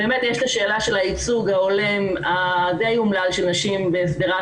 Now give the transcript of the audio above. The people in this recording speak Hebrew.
יש את השאלה של הייצוג ההולם הדי אומלל של נשים בשדרת